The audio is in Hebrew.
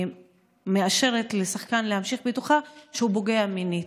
שמאשרת לשחקן להמשיך בתוכה כשהוא פוגע מינית,